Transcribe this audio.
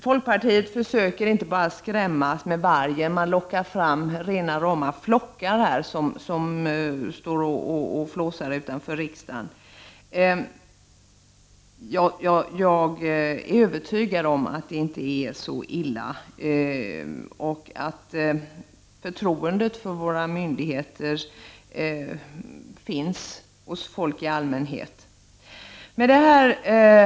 Folkpartiet försöker inte bara skrämmas med en varg, utan man lockar fram en hel flock som står och flåsar utanför riksdagen. Jag är övertygad om att det inte är så illa och att förtroendet för våra myndigheter finns hos folk i allmänhet. Herr talman!